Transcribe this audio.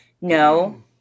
No